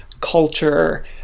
culture